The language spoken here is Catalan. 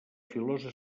filosa